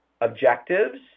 objectives